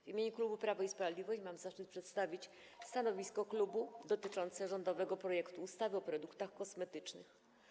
W imieniu klubu Prawo i Sprawiedliwość mam zaszczyt przedstawić stanowisko klubu dotyczące rządowego projektu ustawy o produktach kosmetycznych.